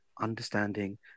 understanding